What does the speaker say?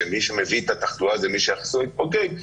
שמי שמביא את התחלואה זה מי שהחיסון שלו התפוגג,